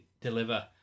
deliver